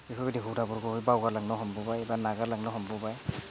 बेफोरबायदि हुदाफोरखौ बावगारलांनो हमबोबाय बा नागारलांनो हमबोबाय